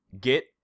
get